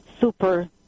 super